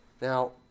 Now